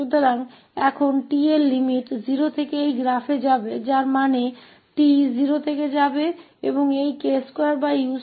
तो अब t की सीमा 0 से इस ग्राफ तक जाएगी जिसका अर्थ है कि t 0 से जाएगा और यह k2u2 होगा